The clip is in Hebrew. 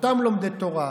אותם לומדי תורה,